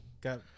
got